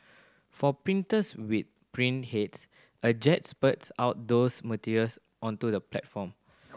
for printers with print heads a jet spurts out those materials onto the platform